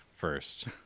first